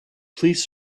please